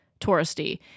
touristy